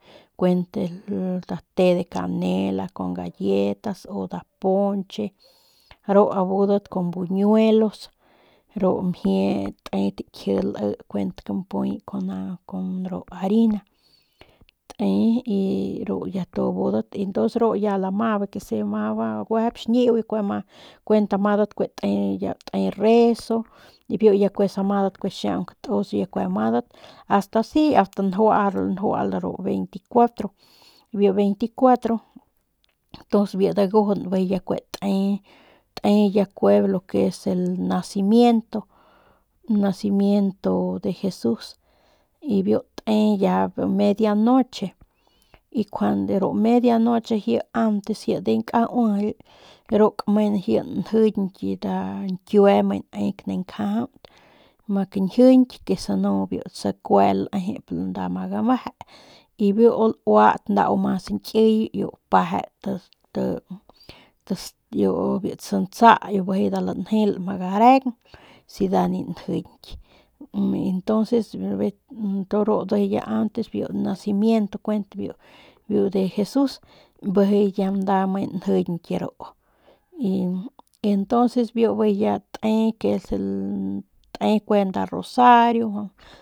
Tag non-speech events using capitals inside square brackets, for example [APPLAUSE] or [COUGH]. Kuent nda te de canela con galletas o nda ponche ru abudat kun buñuelos ru mjie te takji lii kuent kampuy con [HESITATION] a te ru ya abudat y ntons ru ya lama bijiy quese juejep xñiu kuent amadat te reso y biu kue samadat kue xiaung katus amadat asta asi ast que ganjual ru 24 biu 24 ntons biu dagujun bijiy kue te te ya kue lo que es el nacimiento, nacimiento de jesus y biu te ya media noche y njuande ru media noche ji antes ji de kaujily ru ji kame njiñky nda ñkiue kame ne kane njajaut ma kañjiky porque senu biu t sakue lejep nda ma gameje y biu u laut nau mas ñkiy iu peje biu ti sansa nda lanjel ma gareng si nda ni njiñky y entonces ru njuy ya antes biu nacimiento kuent de jesus y entonces biu bijiy ya te que es te kuent nda rosario.